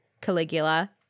Caligula